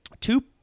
two